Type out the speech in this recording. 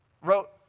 wrote